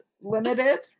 Limited